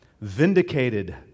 vindicated